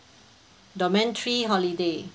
domain three holiday